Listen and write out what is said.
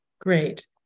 Great